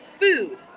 food